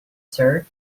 sir